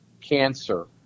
cancer